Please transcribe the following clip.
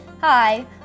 Hi